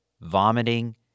vomiting